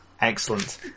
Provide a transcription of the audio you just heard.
Excellent